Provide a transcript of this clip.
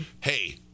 hey